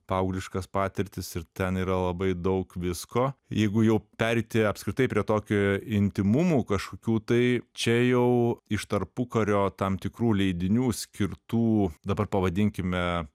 paaugliškas patirtis ir ten yra labai daug visko jeigu jau pereiti apskritai prie tokio intymumų kažkokių tai čia jau iš tarpukario tam tikrų leidinių skirtų dabar pavadinkime